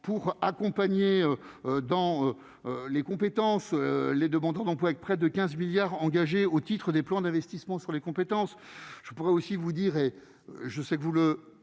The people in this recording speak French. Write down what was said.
pour accompagner dans les compétences, les demandeurs d'emploi que près de 15 milliards engagés au titre des plans d'investissement sur les compétences, je pourrais aussi vous dire et je sais que vous le